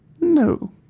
No